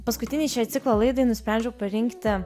paskutinei šiai ciklo laidai nusprendžiau parinkti